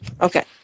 Okay